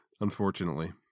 unfortunately